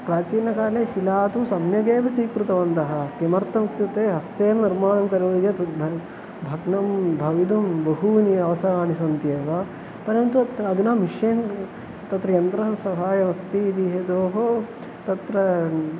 प्राचीनकाले शिला तु सम्यगेव स्वीकृतवन्तः किमर्थम् इत्युक्ते हस्तेन निर्माणं करोति चेत् तद् भ भग्नं भवितुं बहूनि अवसराणि सन्ति एव परन्तु अत्र अधुना मिशिन् तत्र यन्त्रस्य सहाय्यमस्ति इति हेतोः तत्र